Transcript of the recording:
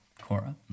Cora